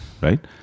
right